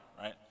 right